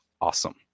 awesome